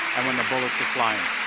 and when the bullets are flying